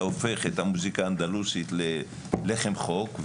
הופך את המוזיקה האנדלוסית ללחם חוק,